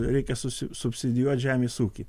reikia susi subsidijuot žemės ūkį